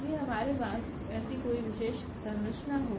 जब भी हमारे पास ऐसी कोई विशेष संरचना हो